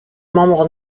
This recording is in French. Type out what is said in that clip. membres